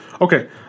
Okay